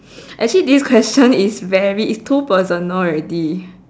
actually this question is very is too personal already